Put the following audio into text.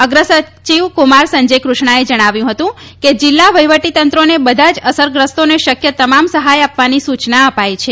અગ્ર સચિવ કુમાર સંજય કૃષ્ણાએ જણાવ્યું હતું કે જિલ્લા વહિવટીતંત્રોને બધા જ અસરગ્રસ્તોને શક્ય તમામ સહાય આપવાની સૂચના અપાઈ છે